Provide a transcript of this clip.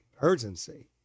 urgency